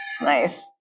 Nice